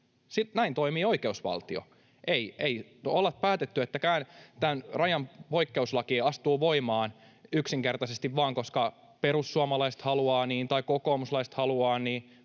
Näin toimii oikeusvaltio. Ei olla päätetty, että tämä rajapoikkeuslaki astuu voimaan yksinkertaisesti vain, koska perussuomalaiset haluavat niin tai kokoomuslaiset haluavat niin,